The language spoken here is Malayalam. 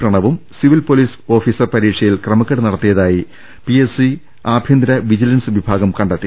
പ്രണവും സിവിൽ പൊലീസ് ഓഫീ സർ പരീക്ഷയിൽ ക്രമക്കേട് നടത്തിയതായി പിഎസ്സി ആഭ്യന്തര വിജിലൻസ് വിഭാഗം കണ്ടെത്തി